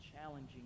challenging